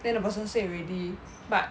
then the person say already but